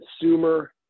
consumer